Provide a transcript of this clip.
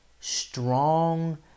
Strong